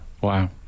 wow